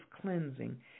cleansing